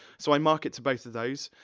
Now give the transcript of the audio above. so i market to both of those.